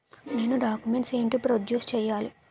నేను డాక్యుమెంట్స్ ఏంటి ప్రొడ్యూస్ చెయ్యాలి?